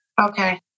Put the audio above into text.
Okay